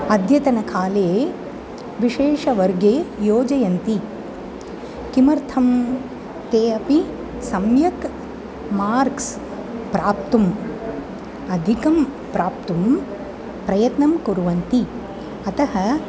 अद्यतनकाले विशेषवर्गे योजयन्ति किमर्थं ते अपि सम्यक् मार्क्स् प्राप्तुम् अधिकं प्राप्तुं प्रयत्नं कुर्वन्ति अतः